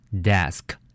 Desk